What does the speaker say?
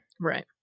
right